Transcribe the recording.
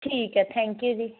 ਠੀਕ ਆ thank you ਜੀ